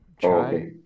try